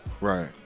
Right